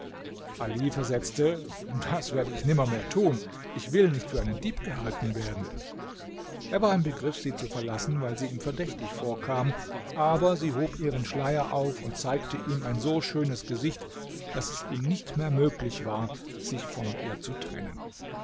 ali versetzte das werde ich nimmermehr tun ich will nicht für einen dieb gehalten werden er war im begriff sie zu verlassen weil sie ihm verdächtig vorkam aber sie hob ihren schleier auf und zeigte ihm ein so schönes gesicht daß es ihm nicht mehr möglich war sich von ihr zu trennen